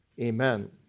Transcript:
Amen